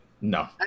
No